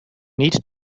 need